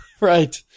Right